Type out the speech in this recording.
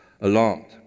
alarmed